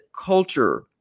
culture